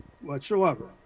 whatsoever